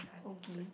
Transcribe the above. okie